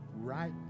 right